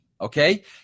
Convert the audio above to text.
Okay